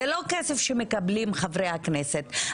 זה לא כסף שמקבלים חברי הכנסת.